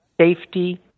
safety